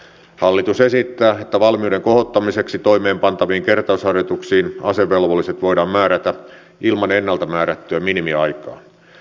hallitus esittää että valmiuden kohottamiseksi toimeenpantaviin kertausharjoituksiin asevelvolliset voidaan määrätä ilman ennalta määrättyä minimiaikaa